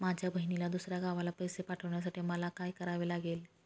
माझ्या बहिणीला दुसऱ्या गावाला पैसे पाठवण्यासाठी मला काय करावे लागेल?